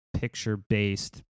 picture-based